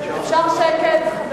אפשר שקט?